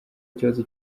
ikibazo